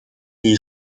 die